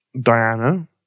Diana